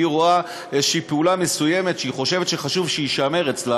והיא רואה איזו פעולה מסוימת והיא חושבת שחשוב שיישמר אצלה,